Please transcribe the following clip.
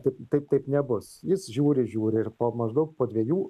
taip taip taip nebus jis žiūri žiūri ir po maždaug po dviejų